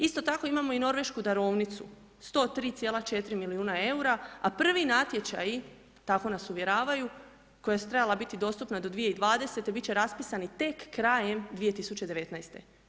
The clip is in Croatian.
Isto tako imamo i Norvešku darovnicu 103,4 milijuna eura a prvi natječaji tako nas uvjeravaju koja su trebala biti dostupna do 2020. biti će raspisani tek krajem 2019.